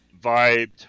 vibed